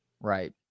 Right